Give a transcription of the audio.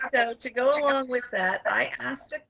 so to go along with that, i asked him,